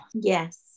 Yes